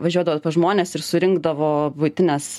važiuodavot pas žmones ir surinkdavo buitines